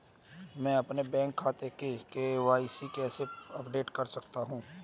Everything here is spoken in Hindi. मैं अपने बैंक खाते में के.वाई.सी कैसे अपडेट कर सकता हूँ?